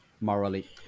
Morally